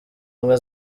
ubumwe